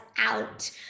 out